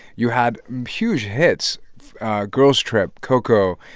you had huge hits girls trip, coco,